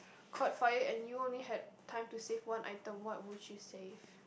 caught fire and you only had time to save one item what would you save